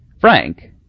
Frank